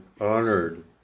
honored